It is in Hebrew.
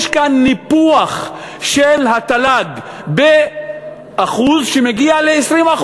יש פה ניפוח של התל"ג באחוז שמגיע ל-20%,